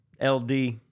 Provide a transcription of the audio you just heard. LD